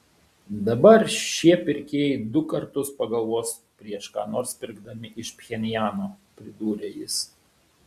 dabar šie pirkėjai du kartus pagalvos prieš ką nors pirkdami iš pchenjano pridūrė jis